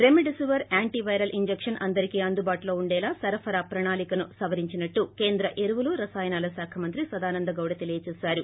REM డెసివిర్ antiviral injection అందరికీ అందుబాటులో ఉండేలా సరఫరా ప్రణాళికను సవరించినట్లు కేంద్ర ఎరువులు రసాయనాల శాఖ మంత్రి సదానంద గౌడ తెలిపారు